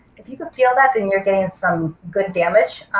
if you can feel that then you're getting some good damage.